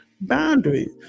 boundaries